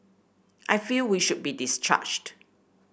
I feel we should be discharged